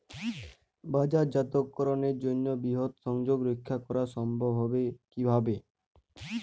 বাজারজাতকরণের জন্য বৃহৎ সংযোগ রক্ষা করা সম্ভব হবে কিভাবে?